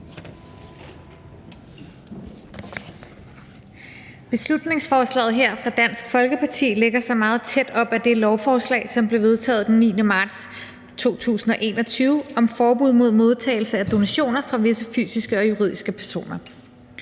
Beslutningsforslaget her fra Dansk Folkeparti lægger sig meget tæt op ad det lovforslag, som blev vedtaget den 9. marts 2021, om forbud mod modtagelse af donationer fra visse fysiske og juridiske personer.